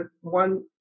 one